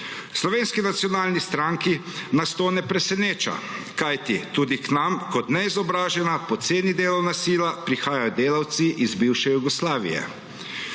Slovenski nacionalni stranki nas to ne preseneča, kajti tudi k nam kot neizobražena poceni delovna sila prihajajo delavci iz bivše Jugoslavije.